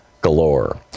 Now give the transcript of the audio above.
galore